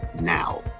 now